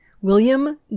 William